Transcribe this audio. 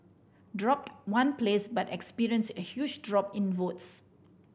drop one place but experience a huge drop in votes